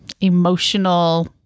emotional